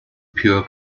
pure